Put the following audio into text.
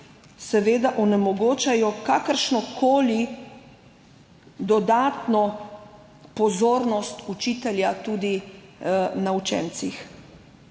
seveda onemogočajo kakršnokoli dodatno pozornost učitelja tudi na učencih.